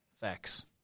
Facts